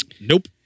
Nope